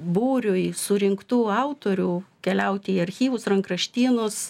būriui surinktų autorių keliauti į archyvus rankraštynus